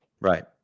right